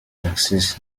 alexis